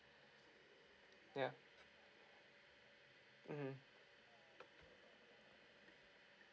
yeah mmhmm